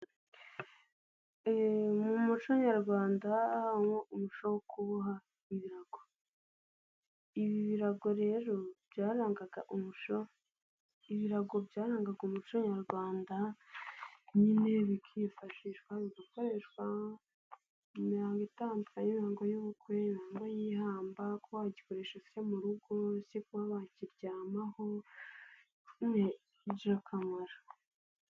Mu muco nyarwanda harimo umuco wo kuboha ibirago, ibi birago rero byarangaga umuco Nyarwanda nyine bikifashishwa mu gukoreshwa mu imirongo itandukanye nk'imihangoy'ubukwe, y'ihamba ko wagikoresha nko murugo, kuba bakiryamaho ni ingirakamaro.